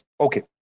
Okay